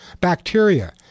bacteria